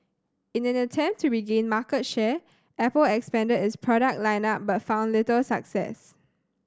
in an attempt to regain market share Apple expanded its product line up but found little success